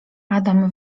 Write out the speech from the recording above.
adam